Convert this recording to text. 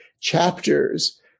chapters